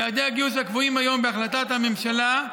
יעדי הגיוס הקבועים היום בהחלטת הממשלה,